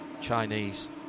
Chinese